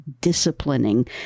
disciplining